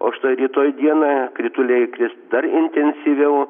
o štai rytoj dieną krituliai kris dar intensyviau